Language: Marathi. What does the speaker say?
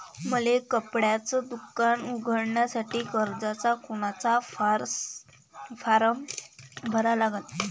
मले कपड्याच दुकान उघडासाठी कर्जाचा कोनचा फारम भरा लागन?